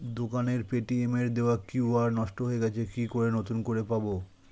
দোকানের পেটিএম এর দেওয়া কিউ.আর নষ্ট হয়ে গেছে কি করে নতুন করে পাবো?